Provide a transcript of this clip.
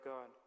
God